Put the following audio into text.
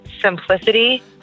simplicity